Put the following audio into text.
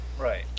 Right